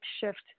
shift